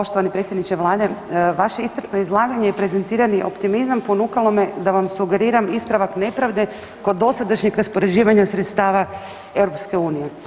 Poštovani predsjedniče vlade, vaše iscrpno izlaganje i prezentirani optimizam ponukalo me da vam sugeriram ispravak nepravde kod dosadašnjeg raspoređivanja sredstava EU.